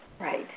Right